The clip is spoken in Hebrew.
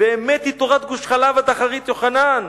"ואמת היא תורת גוש-חלב עד אחרית יוחנן,